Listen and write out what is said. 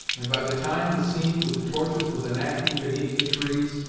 and by the time the scene with the torches was enacting beneath the trees,